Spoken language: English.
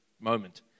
moment